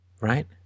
right